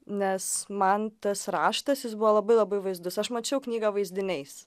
nes man tas raštas jis buvo labai labai vaizdus aš mačiau knygą vaizdiniais